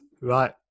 Right